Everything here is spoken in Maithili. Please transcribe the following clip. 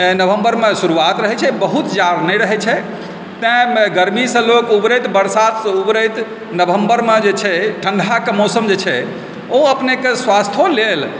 नवम्बरमे शुरुआत रहै छै बहुत जाड़ नहि रहै छै तैं गरमीसँ लोक उबरैत बरसातसँ उबरैत नवम्बरमे जे छै ठण्डाके मौसम जे छै ओ अपनेके स्वास्थ्यो लेल